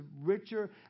richer